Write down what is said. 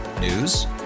News